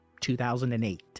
2008